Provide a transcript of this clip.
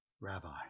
Rabbi